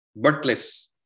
birthless